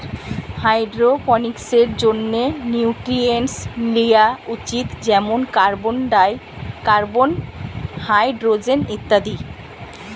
হাইড্রোপনিক্সের জন্যে নিউট্রিয়েন্টস লিয়া উচিত যেমন কার্বন, হাইড্রোজেন ইত্যাদি